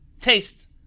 taste